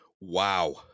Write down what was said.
Wow